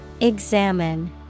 Examine